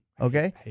Okay